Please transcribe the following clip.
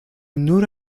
nur